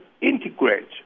integrate